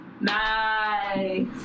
nice